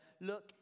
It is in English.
look